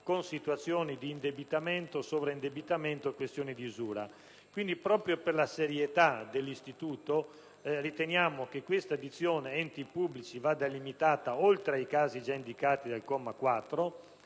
con situazioni di indebitamento e sovraindebitamento e con questioni di usura. Pertanto, proprio per la serietà dell'istituto, riteniamo che la dizione «enti pubblici» vada limitata, oltre ai casi già indicati dal comma 4,